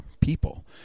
people